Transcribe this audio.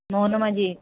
Mohan Majhi